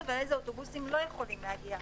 ולאיזה אוטובוסים הם לא יכולים להגיע.